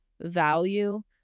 value